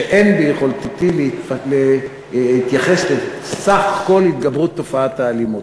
שאין ביכולתי להתייחס לסך כל התגברות תופעת האלימות.